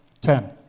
Ten